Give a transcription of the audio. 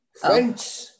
French